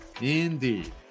Indeed